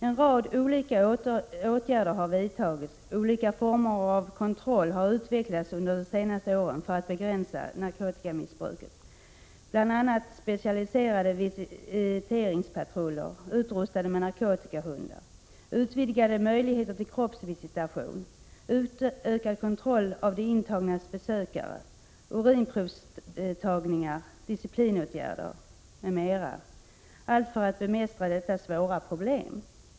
En rad olika åtgärder har vidtagits, olika former av kontroll har utvecklats under de senaste åren för att begränsa narkotikamissbruket, bl.a. specialiserade visitationspatruller utrustade med narkotikahundar, utvidgade möjligheter till kroppsvisitation, utökad kontroll av de intagnas besökare, urinprovstagningar, disciplinåtgärder m.m. för att bemästra detta svåra problem.